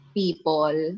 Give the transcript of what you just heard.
people